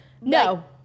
No